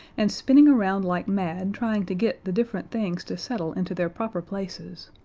and spinning around like mad trying to get the different things to settle into their proper places,